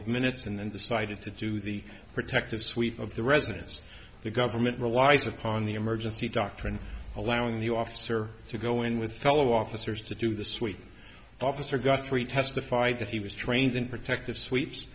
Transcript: of minutes and then decided to do the protective sweep of the residence the government relies upon the emergency doctrine allowing the officer to go in with fellow officers to do this week officer guthrie testified that he was trained in protective sweeps